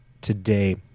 today